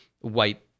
white